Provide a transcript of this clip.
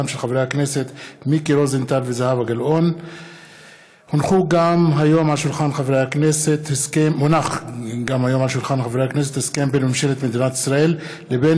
עוד הונח היום על שולחן הכנסת הסכם בין ממשלת מדינת ישראל לבין